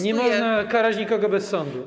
Nie można karać nikogo bez sądu.